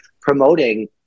promoting